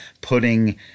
putting